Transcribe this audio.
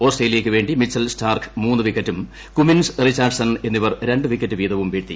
ഓസ്ട്രേലിയയ്ക്ക് വേണ്ടി Mitchell Starc മൂന്ന് വിക്കറ്റും കുമിൻസ് റിച്ചാർസൺ എന്നിവർ രണ്ട് വിക്കറ്റ് വീതവും വീഴ്ത്തി